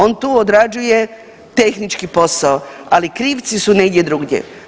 On tu odrađuje tehnički posao, ali krivci su negdje drugdje.